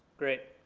great.